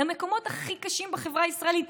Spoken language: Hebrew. המקומות הכי קשים בחברה הישראלית.